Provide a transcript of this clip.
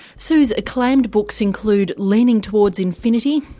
sue's acclaimed books include leaning towards infinity,